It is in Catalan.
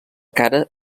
cara